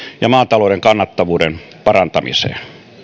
ja maatalouden kannattavuuden parantamiseen